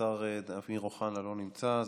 שהשר אמיר אוחנה לא נמצא,